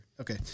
Okay